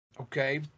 okay